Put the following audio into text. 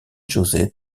josé